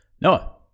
Noah